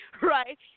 right